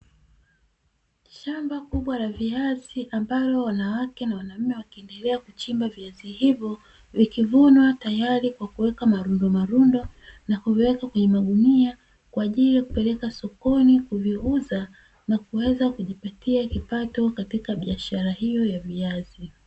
Shamba kubwa la viazi ambalo wanawake na wanaume wakiendelea kuchimba viazi hivyo, vikivunwa tayari kwa kuweka malundo malundo na kuvuwekwa kwenye magunia, kwa ajili ya kupelekwa sokoni kuviuza na kuweza kujipatia kipato katika biashara hiyo ya viazi.